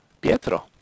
Pietro